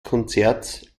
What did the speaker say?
konzerts